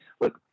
look